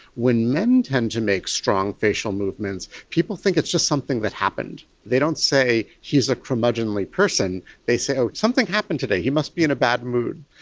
when men tend to make strong facial movements, people think it's just something that happened. they don't say, he's a curmudgeonly person they say, oh, something happened today, he must be in a bad mood.